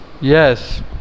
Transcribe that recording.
yes